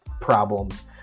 problems